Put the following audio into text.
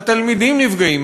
התלמידים נפגעים,